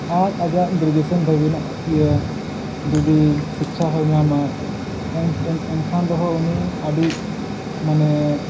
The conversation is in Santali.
ᱟᱡ ᱟᱡᱟᱜ ᱜᱨᱮᱡᱩᱭᱮᱥᱮᱱ ᱫᱷᱟᱹᱵᱤᱡ ᱱᱟ ᱤᱭᱟᱹ ᱡᱩᱫᱤ ᱥᱤᱠᱪᱷᱟ ᱦᱚᱸᱭ ᱧᱟᱢᱟ ᱮᱱ ᱮᱱ ᱮᱱᱠᱷᱟᱱ ᱨᱮᱦᱚᱸ ᱩᱱᱤ ᱟᱹᱰᱤ ᱢᱟᱱᱮ